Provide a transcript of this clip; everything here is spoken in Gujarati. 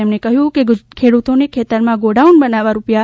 તેમણે કહ્યું કે ખેડ્રતોને ખેતરમાં ગોડાઉન બનાવવા રૂા